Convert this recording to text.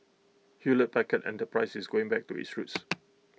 Hewlett Packard enterprise is going back to its roots